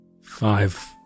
Five